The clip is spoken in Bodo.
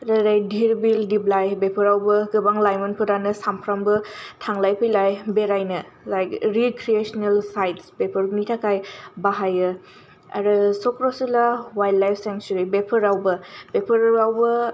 ओरै दिहिरबिल दिबलाइ बेफोरावबो गोबां लाइमोनफोरानो सानफ्रोमबो थांलाय फैलाय बेरानो लाइक रिक्रिएसनेल साइडस बेफोरनि थाखाय बाहायो आरो चक्रशिला वाइल्ड लाइप सेनसुरी बेफोरावबो बेफोरावबो